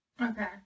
okay